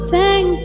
Thank